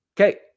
Okay